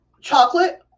chocolate